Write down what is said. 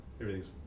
Everything's